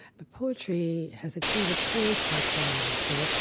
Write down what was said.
ah poetry has a kind of trancelike quality still.